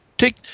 take